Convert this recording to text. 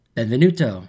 Benvenuto